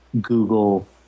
Google